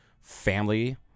family